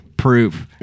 Proof